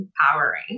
empowering